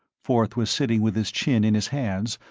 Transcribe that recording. forth was sitting with his chin in his hands,